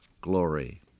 glory